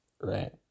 Right